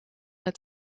het